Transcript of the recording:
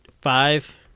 five